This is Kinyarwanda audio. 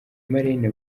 marraine